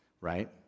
right